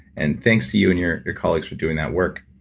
and thanks to you and your your colleagues for doing that work.